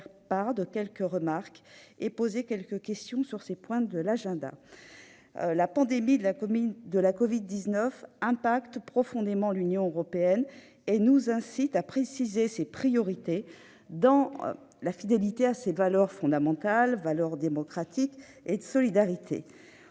part de quelques remarques et vous poser des questions sur ces points de l'agenda. La pandémie de covid-19 impacte profondément l'Union européenne et nous incite à préciser ses priorités, dans la fidélité à ses valeurs fondamentales de démocratie et de solidarité.